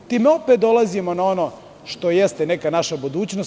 Time opet dolazimo na ono što jeste neka naša budućnost.